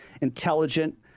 intelligent